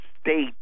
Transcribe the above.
State